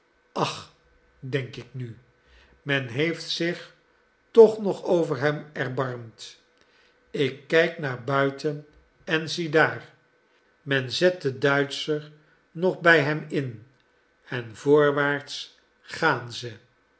ach denk ik nu men heeft zich toch nog over hem erbarmd ik kijk naar buiten en ziedaar men zet den duitscher nog bij hem in en voorwaarts gaan ze